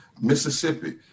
Mississippi